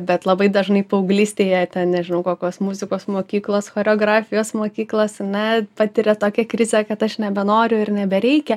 bet labai dažnai paauglystėje ten nežinau kokios muzikos mokyklos choreografijos mokyklos ane patiria tokią krizę kad aš nebenoriu ir nebereikia